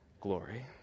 glory